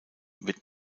wird